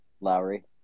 lowry